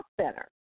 Center